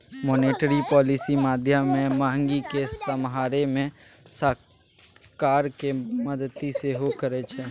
monetary policy माध्यमे महगी केँ समहारै मे सरकारक मदति सेहो करै छै